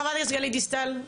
חברת הכנסת גלית דיסטל.